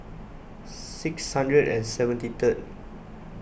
six hundred and seventy third